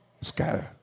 Scatter